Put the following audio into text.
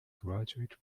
graduate